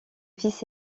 fils